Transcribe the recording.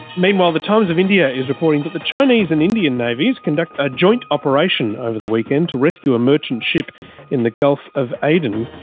meanwhile, the times of india is reporting that the chinese and indian navies conducted a joint operation over the weekend to rescue a merchant ship in the gulf of aden.